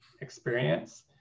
experience